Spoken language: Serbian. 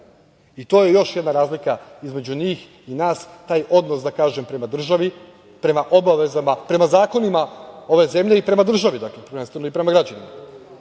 To je još jedna razlika između njih i nas, taj odnos prema državi, prema obavezama, prema zakonima ove zemlje i prema državi prvenstveno i prema građanima. Svaki